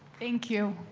thank you